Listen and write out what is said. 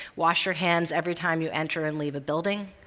wash your hands every time you enter and leave a building.